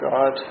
God